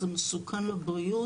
זה מסוכן לבריאות.